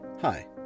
Hi